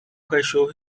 cachorro